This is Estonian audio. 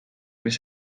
mis